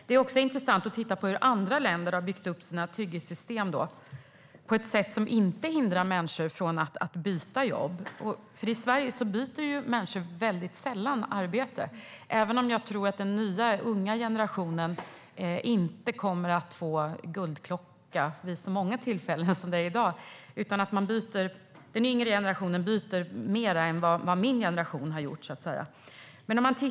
Det är också intressant att titta på hur andra länder har byggt upp sina trygghetssystem på ett sätt som inte hindrar människor från att byta jobb. I Sverige byter människor väldigt sällan arbete - även om jag tror att den nya, unga generationen inte kommer att få guldklockor vid så många tillfällen som i dag; den yngre generationen byter mer än vad min generation har gjort, så att säga.